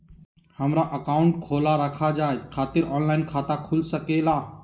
हमारा अकाउंट खोला रखा जाए खातिर ऑनलाइन खाता खुल सके ला?